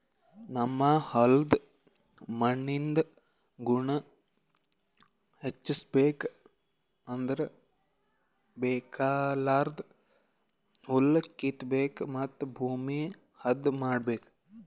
ನಮ್ ಹೋಲ್ದ್ ಮಣ್ಣಿಂದ್ ಗುಣ ಹೆಚಸ್ಬೇಕ್ ಅಂದ್ರ ಬೇಕಾಗಲಾರ್ದ್ ಹುಲ್ಲ ಕಿತ್ತಬೇಕ್ ಮತ್ತ್ ಭೂಮಿ ಹದ ಮಾಡ್ಬೇಕ್